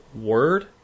word